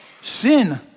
sin